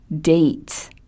date